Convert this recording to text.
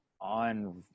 on